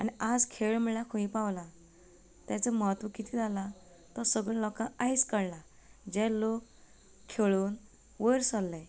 आनी आयज खेळ म्हळ्यार खंय पावला तेचो म्हत्व कितलो जाला तो सगलो लोकांक आयज कळ्ळा जे लोक खेळून वयर सरले